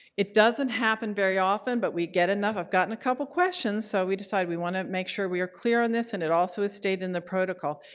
it doesn't happen very often but we get enough. i've gotten a couple of questions so we decided we want to make sure we are clear on this and also is stated in the protocol.